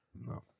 No